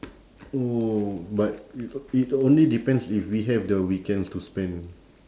oh but it it only depends if we have the weekends to spend